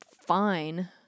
fine